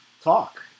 talk